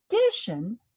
addition